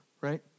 right